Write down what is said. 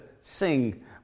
sing